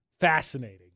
fascinating